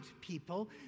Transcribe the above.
people